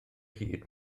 hyd